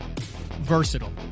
versatile